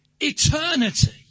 Eternity